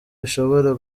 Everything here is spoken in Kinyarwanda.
bishobora